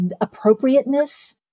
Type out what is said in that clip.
appropriateness